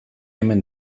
hemen